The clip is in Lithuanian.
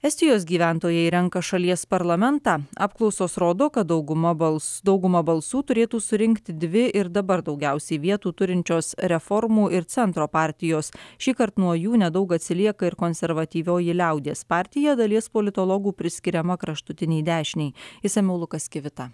estijos gyventojai renka šalies parlamentą apklausos rodo kad dauguma balsų daugumą balsų turėtų surinkti dvi ir dabar daugiausiai vietų turinčios reformų ir centro partijos šįkart nuo jų nedaug atsilieka ir konservatyvioji liaudies partija dalies politologų priskiriama kraštutinei dešinei išsamiau lukas kivita